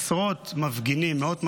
עשרות מפגינים, מאות מפגינים,